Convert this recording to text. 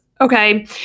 okay